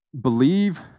believe